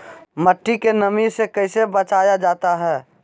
मट्टी के नमी से कैसे बचाया जाता हैं?